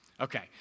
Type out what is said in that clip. Okay